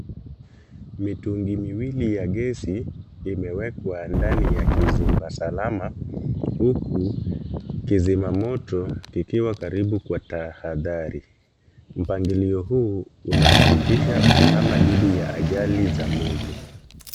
Mitungi miwili ya gesi imewekwa ndani ya kizimba salama, huku kizima moto kikiwa karibu kwa tahadhari. Mpangilio huu unahakikisha usalama dhidi ya ajali za moto.